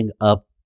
up